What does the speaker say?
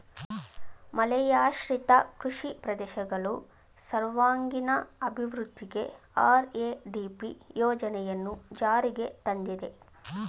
ಮಳೆಯಾಶ್ರಿತ ಕೃಷಿ ಪ್ರದೇಶಗಳು ಸರ್ವಾಂಗೀಣ ಅಭಿವೃದ್ಧಿಗೆ ಆರ್.ಎ.ಡಿ.ಪಿ ಯೋಜನೆಯನ್ನು ಜಾರಿಗೆ ತಂದಿದೆ